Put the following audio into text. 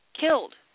killed